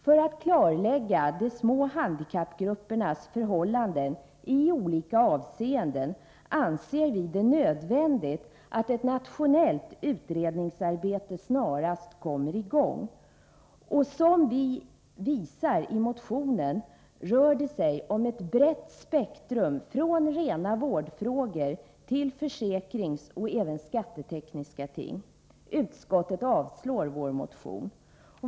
För att man skall kunna klarlägga de små handikappgruppernas förhållanden i olika avseenden anser vi det nödvändigt att ett nationellt utredningsarbete snarast kommer i gång. Som vi visar i motionen rör det sig om ett brett spektrum från rena vårdfrågor till försäkringsoch även skattetekniska ting. Utskottet avstyrker vår motion.